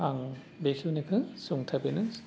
आं बेखिनिखौ सुंथाबैनो